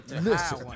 listen